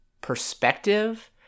perspective